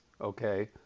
okay